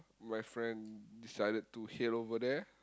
my friend decided to head over there